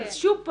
אבל שוב,